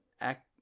act